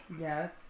Yes